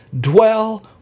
dwell